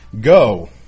Go